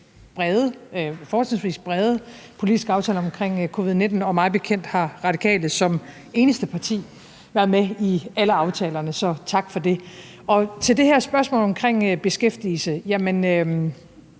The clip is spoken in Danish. brede politiske aftaler omkring covid-19, og mig bekendt har Radikale som det eneste parti været med i alle aftalerne. Så tak for det. Til spørgsmålet omkring beskæftigelse: Kan